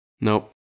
Nope